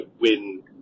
win